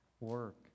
work